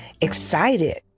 excited